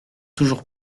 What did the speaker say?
toujours